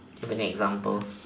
do you have any examples